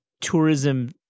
tourism